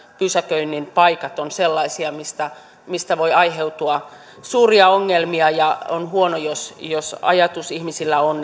pysäköinnin paikat ovat sellaisia mistä mistä voi aiheutua suuria ongelmia on huono jos jos ajatus ihmisillä on